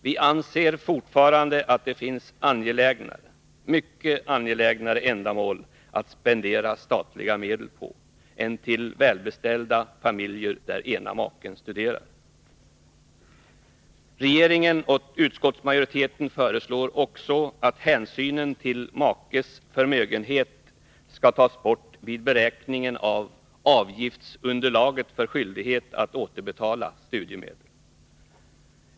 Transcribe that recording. Vi anser fortfarande att det finns mycket mer angelägna sätt att spendera statliga medel på än att använda dem till välbeställda familjer där ena maken studerar. Regeringen och utskottsmajoriteten föreslår också att hänsynen till makes förmögenhet skall tas bort vid beräkningen av avgiftsunderlaget när det gäller skyldighet att återbetala studiemedel.